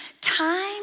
time